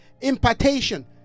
impartation